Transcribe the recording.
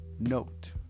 note